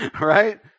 Right